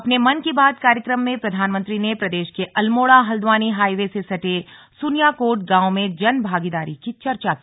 अपने मन की बात कार्यक्रम में प्रधानमंत्री ने प्रदेश के अल्मोड़ा हल्द्वानी हाईवे से सटे सुनियाकोट गांव में जनभागीदारी की चर्चा की